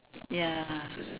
ya